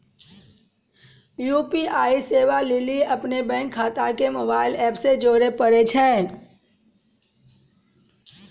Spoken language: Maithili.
यू.पी.आई सेबा लेली अपनो बैंक खाता के मोबाइल एप से जोड़े परै छै